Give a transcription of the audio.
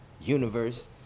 universe